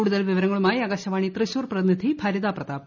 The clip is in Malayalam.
കൂടുതൽ വിവരങ്ങളുമായി ആകാശവാണി തൃശൂർ പ്രതിനിധി ഭരിത പ്രതാപ്